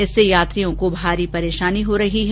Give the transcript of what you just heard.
इससे यात्रियों को भारी परेशानी हो रही है